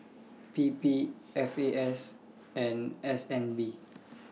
P P F A S and S N B